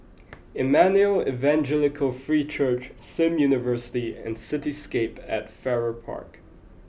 Emmanuel Evangelical Free Church Sim University and Cityscape at Farrer Park